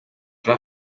jean